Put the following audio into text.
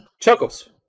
Chuckles